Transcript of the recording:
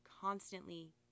constantly